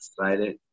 excited